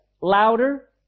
Louder